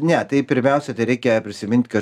ne tai pirmiausia tereikia prisiminti kad